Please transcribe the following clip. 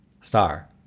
Star